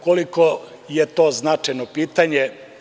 Koliko je to značajno pitanje?